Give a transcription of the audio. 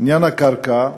עניין הקרקע,